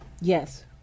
Yes